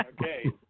Okay